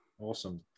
Awesome